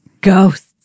ghosts